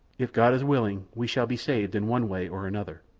if god is willing we shall be saved in one way or another.